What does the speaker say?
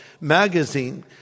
magazine